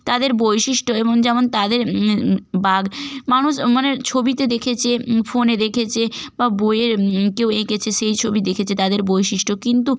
তাদের বৈশিষ্ট্য এবং যেমন তাদের বাঘ মানুষ মানে ছবিতে দেখেছে ফোনে দেখেছে বা বইয়ে কেউ এঁকেছে সেই ছবি দেখেছে তাদের বৈশিষ্ট্য কিন্তু